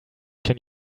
can